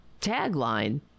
tagline